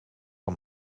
aan